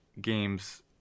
games